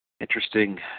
interesting